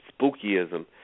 spookyism